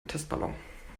testballon